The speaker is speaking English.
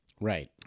Right